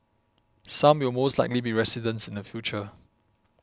some will most likely be residents in the future